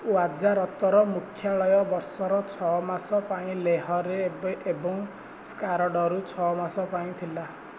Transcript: ୱାଜାରତର ମୁଖ୍ୟାଳୟ ବର୍ଷର ଛଅ ମାସ ପାଇଁ ଲେହରେ ଏବଂ ସ୍କାରଡୁରେ ଛଅ ମାସ ପାଇଁ ଥିଲା